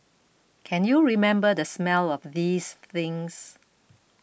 can you remember the smell of these things